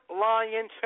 Lion